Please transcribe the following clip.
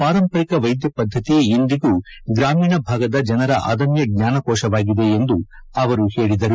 ಪಾರಂಪರಿಕ ವೈದ್ಯ ಮಧ್ಧತಿ ಇಂದಿಗೂ ಗ್ರಾಮೀಣ ಭಾಗದ ಜನರ ಅದಮ್ಕ ಜ್ವಾನಕೋಶವಾಗಿದೆ ಎಂದು ಅವರು ಹೇಳಿದರು